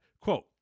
Quote